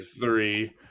three